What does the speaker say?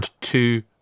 two